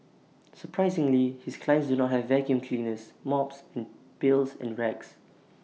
surprisingly his clients do not have vacuum cleaners mops and pails and rags